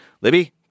Libby